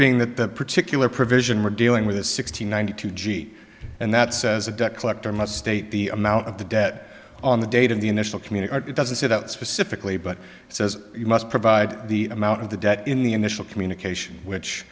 being that that particular provision we're dealing with a six hundred ninety two g and that says a debt collector must state the amount of the debt on the date of the initial community it doesn't set out specifically but says you must provide the amount of the debt in the initial communication which